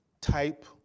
type